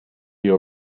your